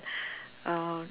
uh